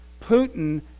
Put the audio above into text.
Putin